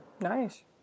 Nice